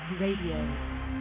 Radio